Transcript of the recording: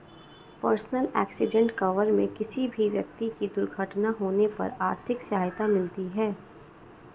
personal accident cover में किसी भी व्यक्ति की दुर्घटना होने पर आर्थिक सहायता मिलती है